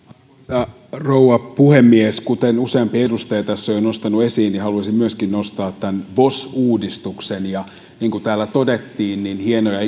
arvoisa rouva puhemies kuten useampi edustaja tässä on jo nostanut esiin haluaisin myöskin nostaa tämän vos uudistuksen ja niin kuin täällä todettiin on hienoja